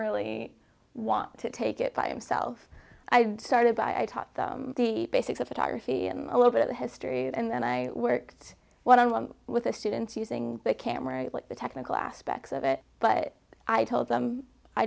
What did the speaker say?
really want to take it by himself i started by i taught them the basics of photography and a little bit of history and then i worked one on one with the students using the camera what the technical aspects of it but i told them i